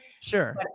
Sure